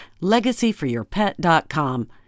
LegacyForYourPet.com